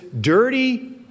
dirty